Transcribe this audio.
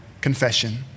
confession